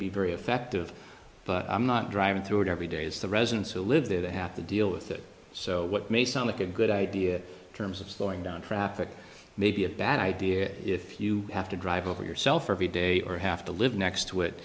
be very effective but i'm not driving through it every day it's the residents who live there they have to deal with it so what may seem like a good idea to terms of slowing down traffic may be a bad idea if you have to drive over yourself every day or have to live next to it